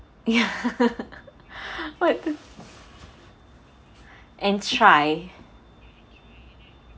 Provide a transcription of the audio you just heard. what and try